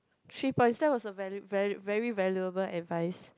three points self was a valid very very valuable advice